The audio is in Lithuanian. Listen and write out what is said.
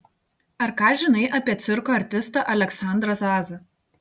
ar ką žinai apie cirko artistą aleksandrą zasą